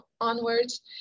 onwards